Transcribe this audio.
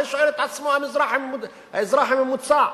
את זה שואל עצמו האזרח הממוצע.